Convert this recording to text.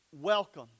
welcome